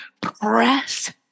Press